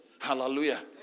Hallelujah